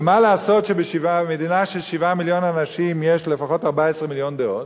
ומה לעשות שבמדינה של 7 מיליון אנשים יש לפחות 14 מיליון דעות?